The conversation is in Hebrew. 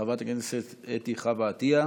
וחברת הכנסת חוה אתי עטייה.